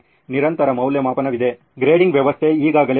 ನಿರಂತರ ಮೌಲ್ಯಮಾಪನವಿದೆ ಗ್ರೇಡಿಂಗ್ ವ್ಯವಸ್ಥೆ ಈಗಾಗಲೇ ಇದೆ